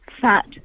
fat